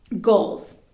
goals